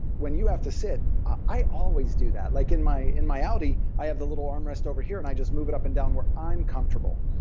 when you have to sit. i always do that. like in my in my audi, i have the little armrest over here and i just move it up and down where i'm comfortable.